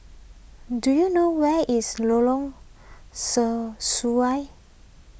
do you know where is Lorong Sesuai